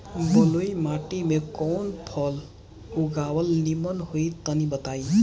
बलुई माटी में कउन फल लगावल निमन होई तनि बताई?